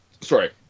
Sorry